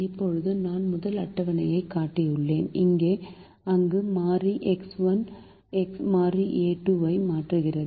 இப்போது நான் முதல் அட்டவணையைக் காட்டியுள்ளேன் அங்கு மாறி X1 மாறி a2 ஐ மாற்றுகிறது